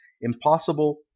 impossible